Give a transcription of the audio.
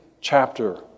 chapter